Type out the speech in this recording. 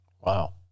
Wow